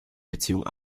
beziehung